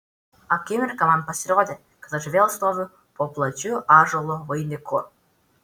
akimirką man pasirodė kad aš vėl stoviu po plačiu ąžuolo vainiku